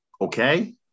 okay